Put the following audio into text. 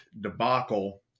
debacle